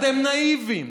אתם נאיביים,